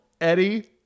Eddie